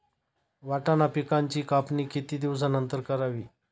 वाटाणा पिकांची कापणी किती दिवसानंतर करावी?